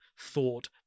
thought